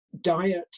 Diet